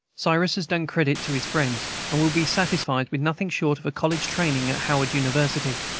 cyrus has done credit to his friends, and will be satisfied with nothing short of a college-training at howard university.